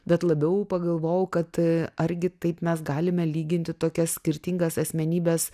bet labiau pagalvojau kad argi taip mes galime lyginti tokias skirtingas asmenybes